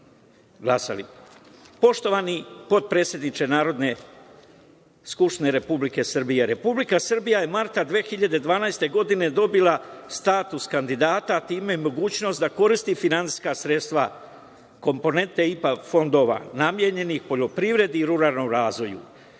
glasali. Poštovani potpredsedniče Narodne skupštine Republike Srbije, Republika Srbija je marta 2012. godine dobila status kandidata i time mogućnost da koristi finansijska sredstva, komponente IPARD fondova namenjenih poljoprivredi i ruralnom razvoju.